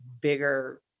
bigger